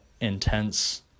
intense